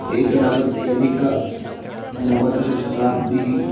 एकनवत्यधिकनवदशशताब्दिः